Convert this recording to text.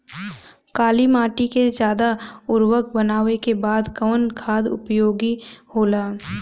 काली माटी के ज्यादा उर्वरक बनावे के बदे कवन खाद उपयोगी होला?